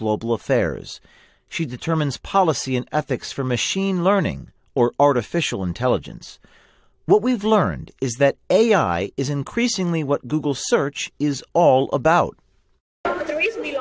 global affairs she determines policy and ethics for machine learning or artificial intelligence what we've learned is that ai is increasingly what google search is all about